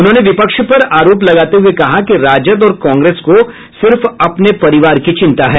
उन्होंने विपक्ष पर आरोप लगाते हये कहा कि राजद और कांग्रेस को सिर्फ अपने परिवार की चिंता है